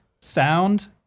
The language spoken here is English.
sound